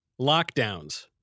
Lockdowns